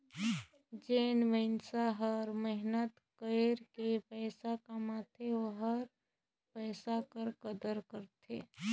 जेन मइनसे हर मेहनत कइर के पइसा कमाथे ओहर ओ पइसा कर कदर करथे